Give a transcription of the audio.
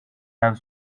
have